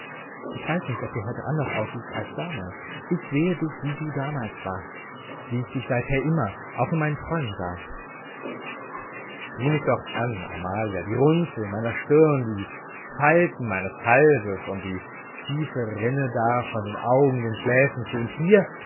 ich weiß nicht ob du heute anders aussiehst als damals ich sehe dich wie du damals warst wie ich dich seither immer auch in meinen träumen sah sieh mich doch an amalia die runzeln meiner stirn die falten meines halses und die tiefe rinne da von den augen den schläfen zu und hier